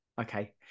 Okay